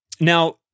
Now